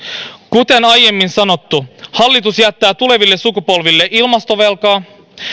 kuten aiemmin sanottu hallitus jättää tuleville sukupolville ilmastovelkaa